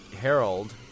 Harold